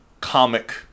comic